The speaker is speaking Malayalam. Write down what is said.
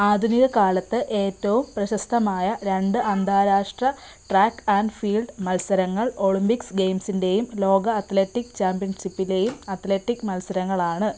ആധുനിക കാലത്ത് ഏറ്റവും പ്രശസ്തമായ രണ്ട് അന്താരാഷ്ട്ര ട്രാക്ക് ആൻഡ് ഫീൽഡ് മത്സരങ്ങൾ ഒളിമ്പിക്സ് ഗെയിംസിൻ്റേയും ലോക അത്ലറ്റിക് ചാമ്പ്യൻഷിപ്പിലേയും അത്ലറ്റിക് മത്സരങ്ങളാണ്